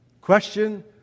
Question